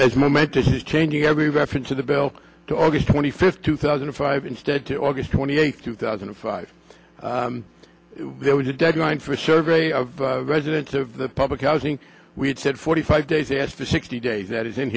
as momentous is changing every reference to the bell to august twenty fifth two thousand and five instead to august twenty eighth two thousand and five there was a deadline for a survey of residents of the public housing we said forty five days after the sixty days that is in